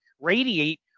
radiate